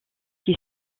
qui